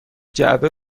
جعبه